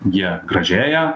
jie gražėja